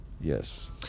yes